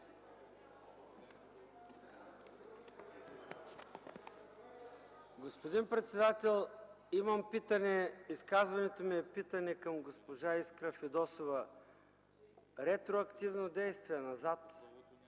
Господин председател, изказването ми е питане към госпожа Искра Фидосова – ретроактивно действие назад.